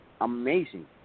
amazing